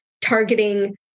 targeting